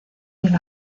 del